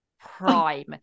prime